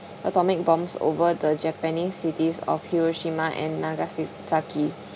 atomic bombs over the japanese cities of hiroshima and nagasaki